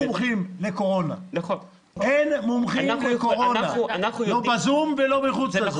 אין מומחים לקורונה, לא בזום ולא מחוץ לזום.